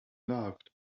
loved